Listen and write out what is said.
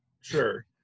Sure